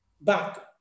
back